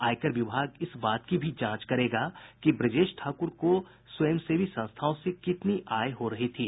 आयकर विभाग इस बात की भी जांच करेगा कि ब्रजेश ठाक्र को स्वयं सेवी संस्थाओं से कितनी आय हो रही थी